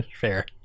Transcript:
Fair